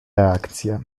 reakcje